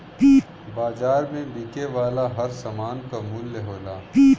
बाज़ार में बिके वाला हर सामान क मूल्य होला